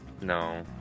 no